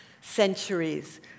Centuries